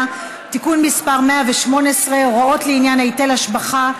(תיקון מס' 118) (הוראות לעניין היטל השבחה),